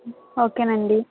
ఓకేనండీ